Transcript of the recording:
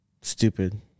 stupid